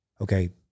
okay